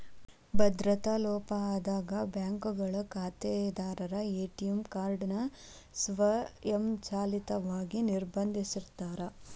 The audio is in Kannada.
ಭದ್ರತಾ ಲೋಪ ಆದಾಗ ಬ್ಯಾಂಕ್ಗಳು ಖಾತೆದಾರರ ಎ.ಟಿ.ಎಂ ಕಾರ್ಡ್ ನ ಸ್ವಯಂಚಾಲಿತವಾಗಿ ನಿರ್ಬಂಧಿಸಿರ್ತಾರ